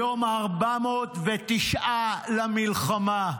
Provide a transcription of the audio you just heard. היום ה-409 למלחמה.